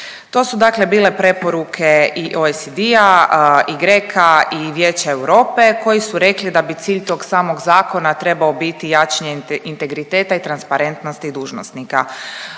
To su dakle bile preporuke i OECD-a i GRECO-a i Vijeća Europe koji su rekli da bi cilj tog samog zakona trebao biti jačanje integriteta i transparentnosti dužnosnika.